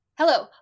Hello